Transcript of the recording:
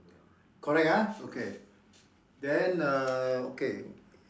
correct ah okay then err okay